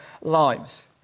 lives